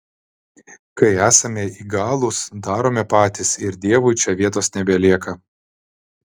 kai esame įgalūs darome patys ir dievui čia vietos nebelieka